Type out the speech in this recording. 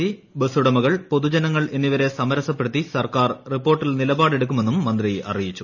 C ബസ്സുടമകൾ പൊതുജനങ്ങൾ എന്നിവരെ സമരസപ്പെടുത്തി സർക്കാർ റിപ്പോർട്ടിൽ നിലപാട് എടുക്കുമെന്നും മന്ത്രി അറിയിച്ചു